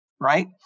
right